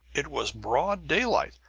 it was broad daylight!